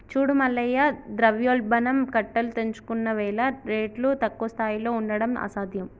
చూడు మల్లయ్య ద్రవ్యోల్బణం కట్టలు తెంచుకున్నవేల రేట్లు తక్కువ స్థాయిలో ఉండడం అసాధ్యం